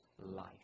life